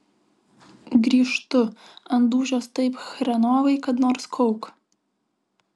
grįžtu ant dūšios taip chrenovai kad nors kauk